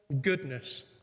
Goodness